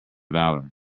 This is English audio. valour